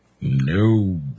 No